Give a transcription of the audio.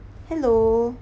hello